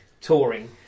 touring